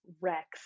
Rex